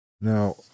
Now